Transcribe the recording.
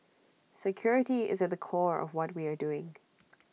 security is at the core of what we are doing